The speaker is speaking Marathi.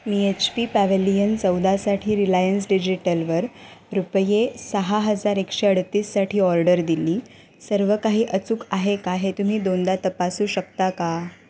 मी एच पी पॅव्हेलियन चौदासाठी रिलायन्स डिजिटलवर रुपये सहा हजार एकशे अडतीससाठी ऑर्डर दिली सर्व काही अचूक आहे का हे तुम्ही दोनदा तपासू शकता का